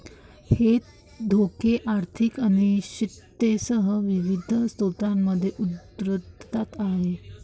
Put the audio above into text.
हे धोके आर्थिक अनिश्चिततेसह विविध स्रोतांमधून उद्भवतात